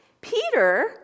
Peter